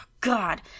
God